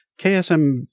KSM-